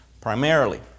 primarily